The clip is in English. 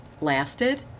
lasted